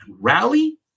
rally